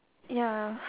ya